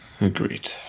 Agreed